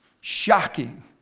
Shocking